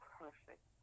perfect